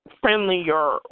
friendlier